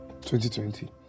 2020